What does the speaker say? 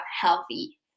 healthy